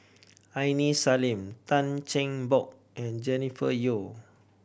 Aini Salim Tan Cheng Bock and Jennifer Yeo